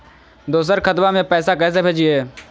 दोसर खतबा में पैसबा कैसे भेजिए?